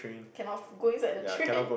cannot f~ go inside the train